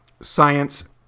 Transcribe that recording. science